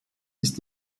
ist